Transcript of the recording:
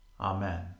Amen